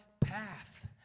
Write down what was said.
path